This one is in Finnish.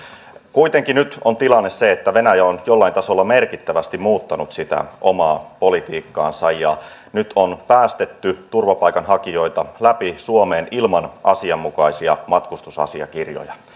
kuitenkin nyt on tilanne se että venäjä on jollain tasolla merkittävästi muuttanut sitä omaa politiikkaansa ja nyt on päästetty turvapaikanhakijoita läpi suomeen ilman asianmukaisia matkustusasiakirjoja